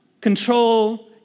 control